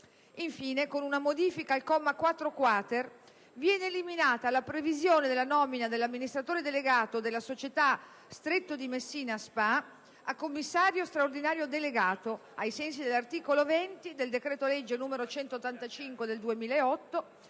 Infine, con una modifica al comma 4-*quater*, viene eliminata la previsione della nomina dell'amministratore delegato della società Stretto di Messina spa a commissario straordinario delegato, ai sensi dell'articolo 20 del decreto-legge n. 185 del 2008,